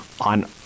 on